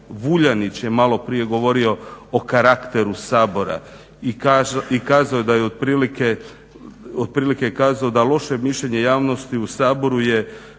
Vuljanić je malo prije govorio o karakteru Sabora i kazao je, otprilike je kazao da loše mišljenje javnosti o Saboru je